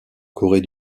corée